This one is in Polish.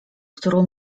którą